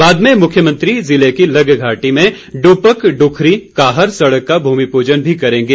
बाद में मुख्यमंत्री जिले की लग घाटी में डुपक डुखरी काहर सड़क का भूमि पूजन भी करेंगे